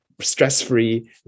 stress-free